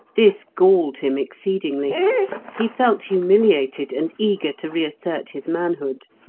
this galled him exceedingly he felt humiliated, and eager to reassert his manhood.